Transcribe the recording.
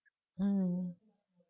mm